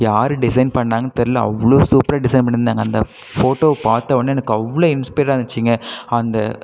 யார் டிசைன் பண்ணாங்கன்னு தெரில அவ்வளோ சூப்பராக டிசைன் பண்ணிருந்தாங்க அந்த ஃபோட்டோவை பார்த்த உடனே எனக்கு அவ்வளோ இன்ஸ்பெயராக இருந்துச்சுங்க அந்த